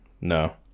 No